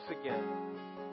again